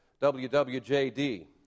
WWJD